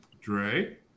Dre